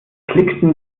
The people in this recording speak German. klickten